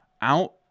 Out